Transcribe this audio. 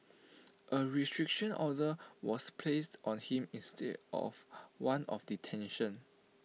A restriction order was placed on him instead of one of detention